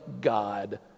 God